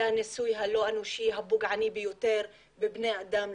זה הניסוי הלא אנושי הפוגעני ביותר בבני אדם.